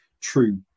true